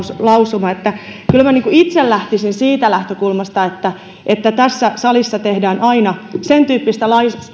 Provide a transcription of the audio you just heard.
lausuma eli kyllä minä itse lähtisin siitä lähtökulmasta että että tässä salissa tehdään aina sen tyyppistä